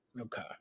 Okay